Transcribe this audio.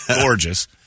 Gorgeous